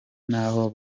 n’aho